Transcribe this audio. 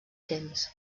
temps